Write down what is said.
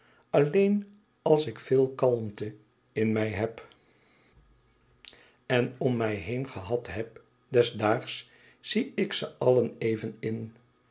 alleen als ik veel kalmte in mij heb en om mij gehad heb des daags zie ik ze allen even in